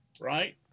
right